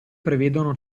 prevedono